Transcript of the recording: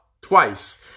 twice